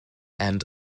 end